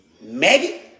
Maggie